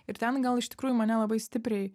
ir ten gal iš tikrųjų mane labai stipriai